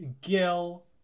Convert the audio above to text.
Gil